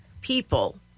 people